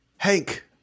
Hank